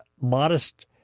modest